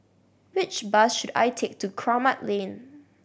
which bus should I take to Kramat Lane